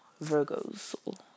Virgos